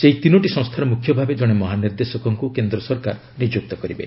ଏହି ତିନୋଟି ସଂସ୍ଥାର ମୁଖ୍ୟ ଭାବେ କଣେ ମହାନିର୍ଦ୍ଦେଶକଙ୍କୁ କେନ୍ଦ୍ରସରକାର ନିଯୁକ୍ତ କରିବେ